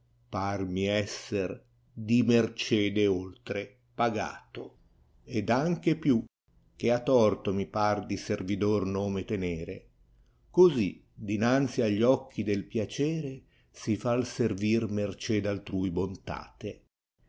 panni esser di mercede oltre pagato ed anche pia che a torto mi par di servidor nome tenere così dinanzi agli occhi del piacere si fa m servir mercè d altrui bontate